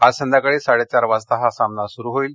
आज संध्याकाळी साडेचार वाजता हा सामना सुरु होईल